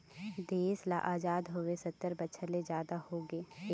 देश ल अजाद होवे सत्तर बछर ले जादा होगे हे